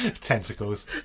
tentacles